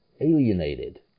Alienated